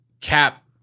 Cap